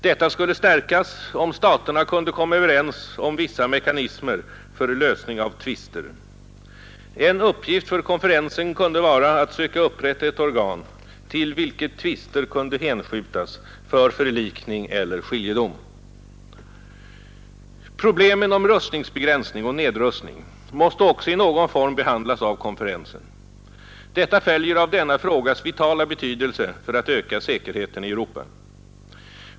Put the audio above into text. Detta skulle stärkas om staterna kunde komma överens om vissa mekanismer för lösning av tvister. En uppgift för konferensen kunde vara att söka upprätta ett organ, till vilket tvister kunde hänskjutas för förlikning eller skiljedom. Problemen om rustningsbegränsning och nedrustning måste också i någon form behandlas av konferensen. Detta följer av denna frågas vitala betydelse för att öka säkerheten i Europa.